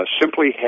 simply